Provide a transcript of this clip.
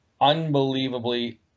unbelievably